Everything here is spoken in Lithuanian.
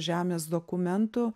žemės dokumentu